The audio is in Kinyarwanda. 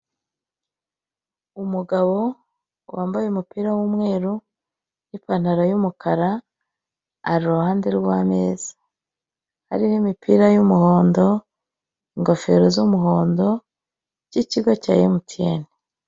Umugabo wambaye umupira w'umweru n'ipantaro y'umukara, ari iruhande y'ameza. Hariho imipira y'umuhondo, ingofero z'umuhondo, by'ikigo cya Emutiyene.